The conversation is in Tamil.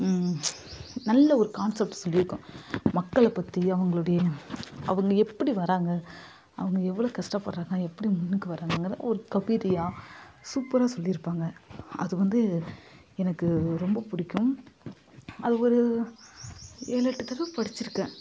நல்ல ஒரு கான்செப்ட்டு சொல்லிருக்கும் மக்களைப் பற்றி அவங்களுடைய அவங்க எப்படி வராங்க அவங்க எவ்வளோ கஷ்டப்படுறாங்க எப்படி முன்னுக்கு வாரங்கங்கிற ஒரு கவிதையாக சூப்பராக சொல்லியிருப்பாங்க அது வந்து எனக்கு ரொம்ப பிடிக்கும் அது ஒரு ஏழு எட்டு தடவை படித்திருக்கேன்